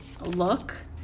look